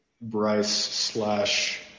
Bryce-slash-